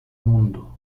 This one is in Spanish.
mundo